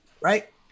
Right